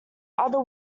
other